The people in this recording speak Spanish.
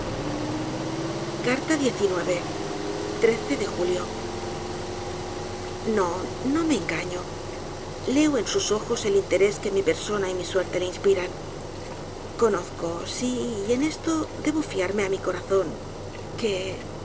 profeta o de'julib no no me engaño leo en sus ojos el interés que mi persona y mi suerte le inspiran conozco sí y en esto debo fiarme á mi corazón que